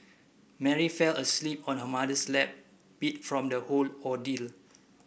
Mary fell asleep on her mother's lap beat from the all ordeal